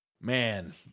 Man